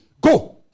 go